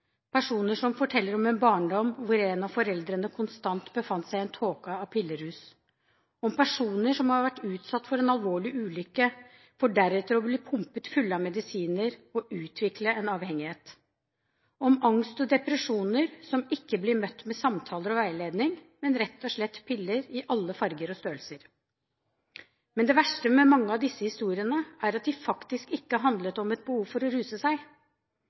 personer som forteller om en barndom hvor en av foreldrene konstant befant seg i en tåke av pillerus, personer som har vært utsatt for en alvorlig ulykke, for deretter å bli pumpet fulle av medisiner og ha utviklet en avhengighet, personer med angst og depresjoner, som ikke blir møtt med samtaler og veiledning, men rett og slett med piller i alle farger og størrelser. Men det verste med mange av disse historiene, er at de faktisk ikke handlet om et behov for å ruse seg.